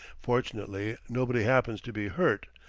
fortunately, nobody happens to be hurt,